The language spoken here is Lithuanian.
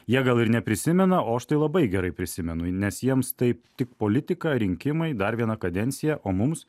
jie gal ir neprisimena o aš tai labai gerai prisimenu nes jiems tai tik politika rinkimai dar viena kadencija o mums